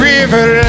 River